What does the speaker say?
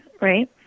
right